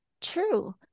true